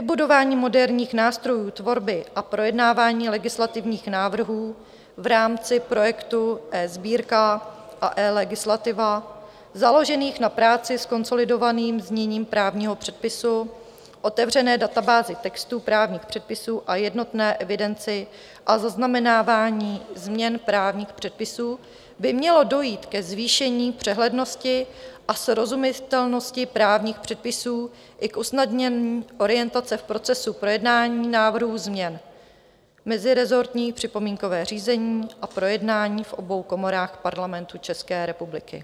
Vybudováním moderních nástrojů tvorby a projednávání legislativních návrhů v rámci projektu eSbírka a eLegislativa založených na práci s konsolidovaným zněním právního předpisu, otevřené databázi textů právních předpisů a jednotné evidenci a zaznamenávání změn právních předpisů by mělo dojít ke zvýšení přehlednosti a srozumitelnosti právních předpisů i k usnadnění orientace v procesu projednání návrhů změn v mezirezortním připomínkovém řízení a projednání v obou komorách Parlamentu České republiky.